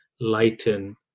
lighten